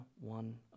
one